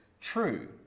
true